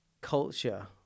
culture